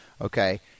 Okay